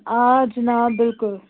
آ جِناب بِلکُل